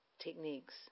techniques